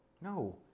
No